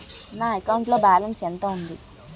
నా అకౌంట్ లో బాలన్స్ ఎంత ఉంది?